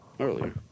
Earlier